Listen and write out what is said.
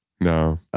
No